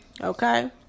Okay